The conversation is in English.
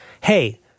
Hey